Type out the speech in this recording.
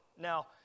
Now